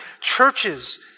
churches